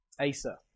Asa